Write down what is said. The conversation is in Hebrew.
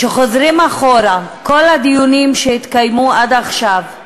שחוזרים אחורה מכל הדיונים שהתקיימו עד עכשיו,